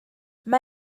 mae